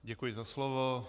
Děkuji za slovo.